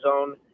zone